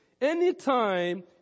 Anytime